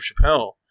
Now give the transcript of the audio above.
Chappelle